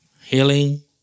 healing